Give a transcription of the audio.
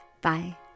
Bye